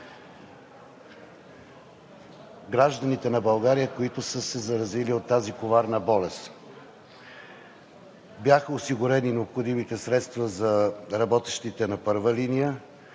гражданите на България, които са се заразили от тази коварна болест. Бяха осигурени необходимите средства за работещите на първа линия,